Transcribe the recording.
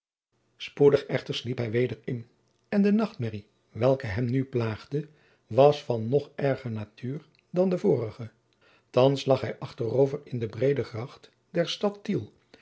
spoedig echter sliep hij weder in en de nachtmerrie welke hem nu plaagde was van nog erger natuur dan de vorige thands lag hij achterover in de breede gracht der stad tiel